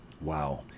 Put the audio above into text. Wow